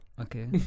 Okay